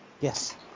yes